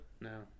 No